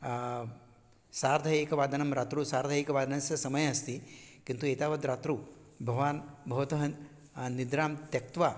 सार्ध एकवादनं रात्रौ सार्ध एकवादनस्य समयः अस्ति किन्तु एतावद्रात्रौ भवान् भवतः निद्रां त्यक्त्वा